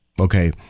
okay